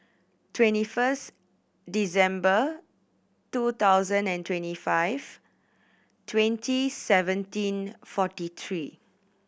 twenty first December two thousand and twenty five twenty seventeen forty three